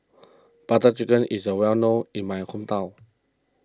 Butter Chicken is the well known in my hometown